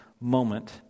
moment